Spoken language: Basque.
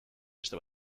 beste